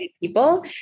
people